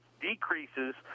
decreases